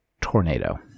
tornado